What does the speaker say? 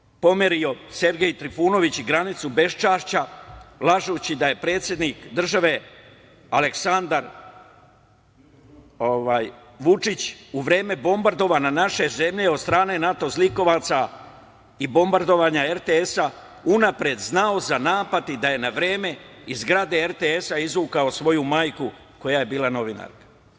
Ponovo je pomerio Sergej Trifunović i granicu beščašća lažući da je predsednik države, Aleksandar Vučić, u vreme bombardovanja naše zemlje od strane NATO zlikovaca i bombardovanja RTS unapred znao za napad i da je na vreme iz zgrade RTS izvukao svoju majku koja je bila novinarka.